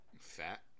Fat